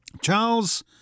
Charles